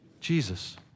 Jesus